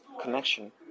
connection